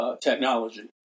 technology